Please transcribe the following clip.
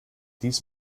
dies